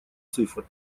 цифр